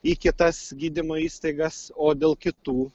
į kitas gydymo įstaigas o dėl kitų